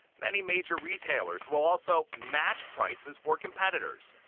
many major retailers will also match prices for competitors.